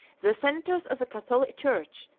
the senators of the catholic church,